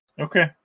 Okay